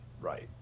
right